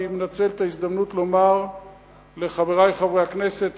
אני מנצל את ההזדמנות לומר לחברי חברי הכנסת,